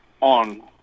on